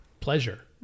pleasure